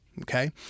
Okay